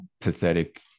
pathetic